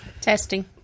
Testing